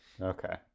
okay